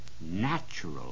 natural